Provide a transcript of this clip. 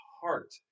heart